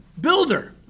builder